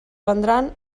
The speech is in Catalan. vendran